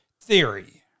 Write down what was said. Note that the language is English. theory